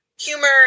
humor